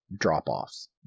drop-offs